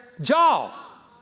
jaw